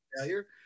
Failure